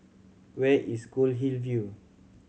where is Goldhill View